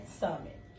summit